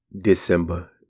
December